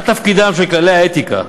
מה תפקידם של כללי האתיקה,